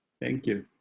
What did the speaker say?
thank you.